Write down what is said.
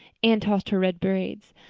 anne tossed her red braids.